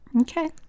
Okay